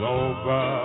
over